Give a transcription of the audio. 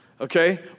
okay